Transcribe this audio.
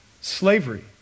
slavery